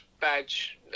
badge